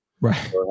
Right